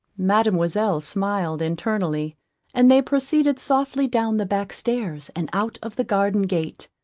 mademoiselle smiled internally and they proceeded softly down the back stairs and out of the garden gate.